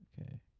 Okay